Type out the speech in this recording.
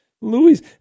louis